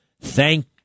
Thank